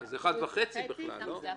-- זה 1.5% בכלל.